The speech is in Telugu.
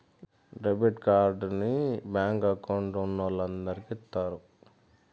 డెబిట్ కార్డుని బ్యాంకు అకౌంట్ ఉన్నోలందరికి ఇత్తారు